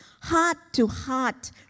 heart-to-heart